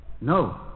no